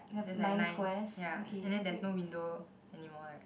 there's a nine ya and then there's no window anymore right